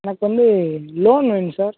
எனக்கு வந்து லோன் வேணும் சார்